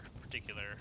particular